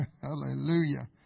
Hallelujah